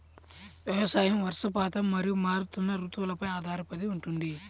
వ్యవసాయం వర్షపాతం మరియు మారుతున్న రుతువులపై ఆధారపడి ఉంటుంది